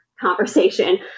conversation